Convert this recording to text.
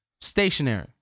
stationary